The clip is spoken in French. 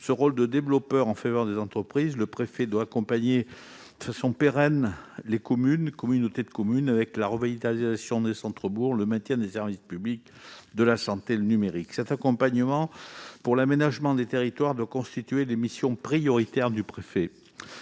ce rôle de développeur en faveur des entreprises, le préfet doit accompagner de façon pérenne les communes et les communautés de communes dans la revitalisation des centres-bourgs, le maintien des services publics et de la santé, le numérique. Cet accompagnement pour l'aménagement des territoires doit constituer la mission prioritaire du préfet.